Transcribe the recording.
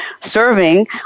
serving